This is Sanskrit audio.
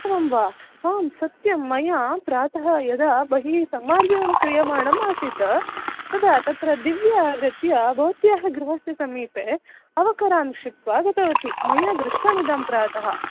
एवं वा आं सत्यं मया प्रातः यदा बहिः सम्मर्जनं क्रीयमाणम् आसीत् तदा तत्र दिव्या आगत्य भवत्याः गृहस्य समीपे अवकरान् क्षिप्त्वा गतवति मया दृष्टम् इदं प्रातः